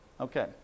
okay